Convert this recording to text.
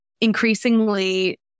increasingly